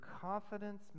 confidence